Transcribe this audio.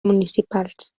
municipals